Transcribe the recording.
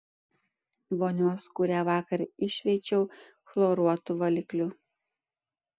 vonios kurią vakar iššveičiau chloruotu valikliu